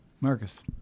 Marcus